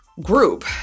group